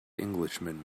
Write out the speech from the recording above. englishman